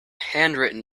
handwritten